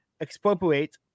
expropriate